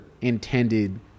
intended